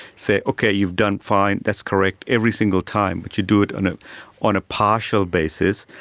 say, okay, you've done fine, that's correct', every single time, but you do it on it on a partial basis,